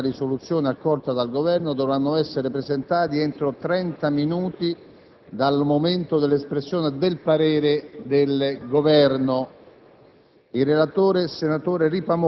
Eventuali emendamenti alla risoluzione accolta dal Governo dovranno essere presentati entro 30 minuti dal momento dell'espressione del parere del Governo.